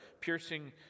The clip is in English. piercing